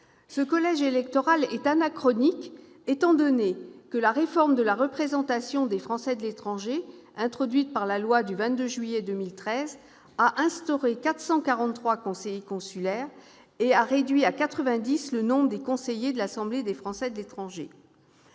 Ce collège électoral est anachronique étant donné que la réforme de la représentation des Français de l'étranger, introduite par la loi du 22 juillet 2013, a instauré 443 conseillers consulaires et a réduit à 90 le nombre des conseillers de l'Assemblée des Français de l'étranger.